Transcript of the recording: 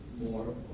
more